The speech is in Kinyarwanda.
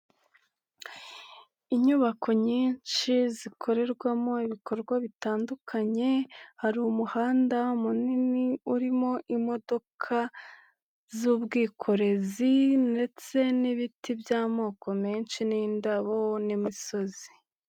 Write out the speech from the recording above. Inyubako nyinshi zikorerwamo ibikorwa bitandukanye, hari umuhanda munini urimo imodoka z'ubwikorezi ndetse n'ibiti by'amoko menshi n'indabo n'imisozi.